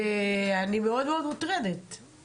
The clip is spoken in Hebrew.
אני מוטרדת מאוד.